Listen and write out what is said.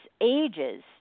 ages